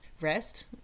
rest